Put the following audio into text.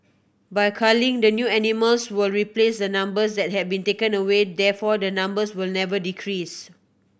by culling the new animals will replace the numbers that have been taken away therefore the numbers will never decrease